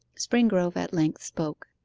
springrove at length spoke.